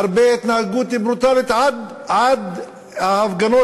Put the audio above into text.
הרבה התנהגות ברוטלית, עד ההפגנות